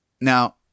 now